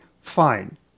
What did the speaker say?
fine